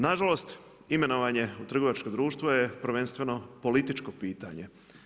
Na žalost imenovan je u trgovačko društvo prvenstveno političko pitanje.